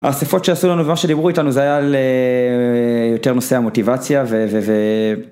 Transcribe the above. האספות שעשו לנו ומה שדיברו איתנו זה היה על יותר נושא המוטיבציה ו...